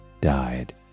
died